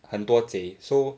很多贼 so